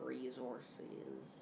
Resources